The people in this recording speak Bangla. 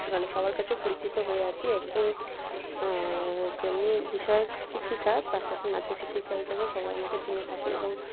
মানে সবার কাছে পরিচিত হয়ে আছি একজন যেমনি বিষয় শিক্ষিকা তার সাথে নাচের শিক্ষিকা হিসাবেও সবাই আমাকে চিনে থাকে এবং